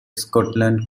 scotland